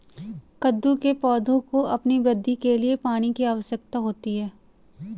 कद्दू के पौधों को अपनी वृद्धि के लिए पानी की आवश्यकता होती है